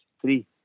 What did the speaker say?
three